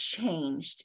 changed